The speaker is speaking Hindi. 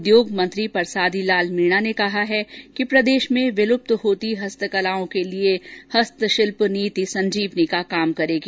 उद्योग मंत्री परसादी लाल मीणा ने कहा है कि प्रदेश में विलुप्त होती हस्तकलाओं के लिए हस्तशिल्प नीति संजीवनी का काम करेगी